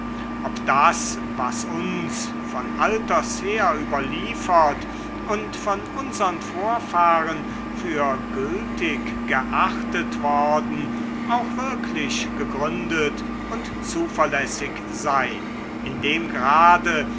ob das was uns von alters her überliefert und von unsern vorfahren für gültig geachtet worden auch wirklich gegründet und zuverlässig sei in dem grade